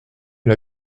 une